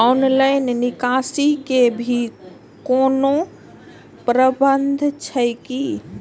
Online निकासी के भी कोनो प्रावधान छै की?